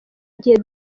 igihe